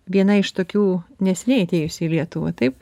viena iš tokių neseniai atėjusių į lietuvą taip